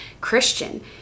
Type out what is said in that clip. christian